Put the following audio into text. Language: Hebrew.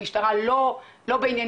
המשטרה לא בעניינים,